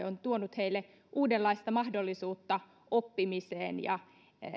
on tuonut heille uudenlaista mahdollisuutta oppimiseen ja